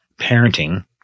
parenting